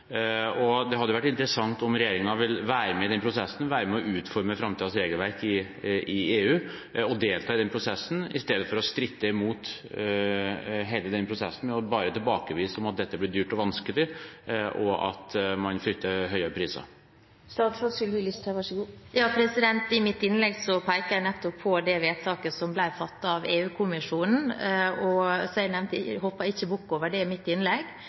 Det hadde vært interessant om regjeringen ville være med i den prosessen – være med og utforme framtidens regelverk i EU og delta i den prosessen, i stedet for å stritte imot hele prosessen og bare tilbakevise med at dette blir dyrt og vanskelig og at man frykter høye priser. I mitt innlegg pekte jeg nettopp på det vedtaket som ble fattet av EU-kommisjonen, så jeg hoppet ikke bukk over det i mitt innlegg.